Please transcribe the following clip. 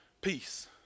peace